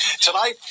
Tonight